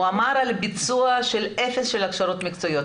הוא אמר על ביצוע של אפס הכשרות מקצועיות,